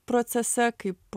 procese kaip